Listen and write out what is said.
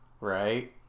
Right